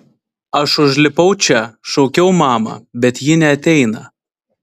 aš užlipau čia šaukiau mamą bet ji neateina